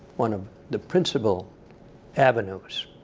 one of the principal avenues,